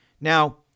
Now